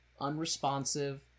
unresponsive